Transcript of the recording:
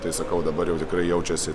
tai sakau dabar jau tikrai jaučiasi